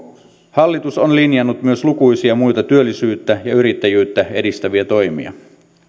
hallitus on linjannut myös lukuisia muita työllisyyttä ja yrittäjyyttä edistäviä toimia